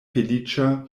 feliĉa